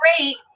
great